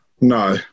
No